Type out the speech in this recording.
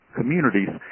communities